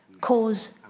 cause